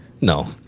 no